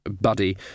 Buddy